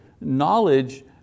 Knowledge